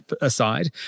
aside